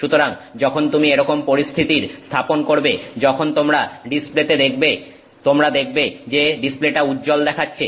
সুতরাং যখন তুমি এরকম পরিস্থিতির স্থাপন করবে যখন তোমরা ডিসপ্লেতে দেখবে তোমরা দেখবে যে ডিসপ্লেটা উজ্জ্বল দেখাচ্ছে